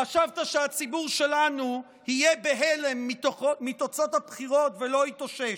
חשבת שהציבור שלנו יהיה בהלם מתוצאות הבחירות ולא יתאושש.